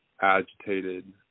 Agitated